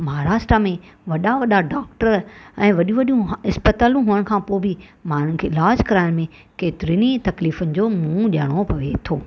महाराष्ट्र में वॾा वॾा डॉक्टर ऐं वॾियूं वॾियूं इस्पतालूं हुअण खां पोइ बि माण्हुनि के इलाजु कराइण में केतरिनि तकलीफ़ुनि जो मुंहं ॾियणो पवे थो